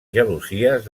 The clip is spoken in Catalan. gelosies